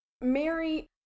Mary